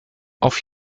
auf